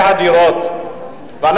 ברגע שהוא יסיים ולא תהיה תשובה אנחנו